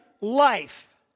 life